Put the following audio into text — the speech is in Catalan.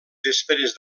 després